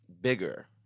bigger